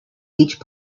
each